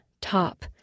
top